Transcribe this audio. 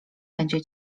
będzie